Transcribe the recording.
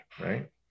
right